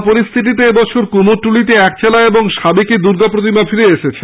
corona পরিস্থিতিতে এবছর কুমোরটুলিতে একচালা ও সাবেকি দুর্গা প্রতিমা ফিরে এসেছে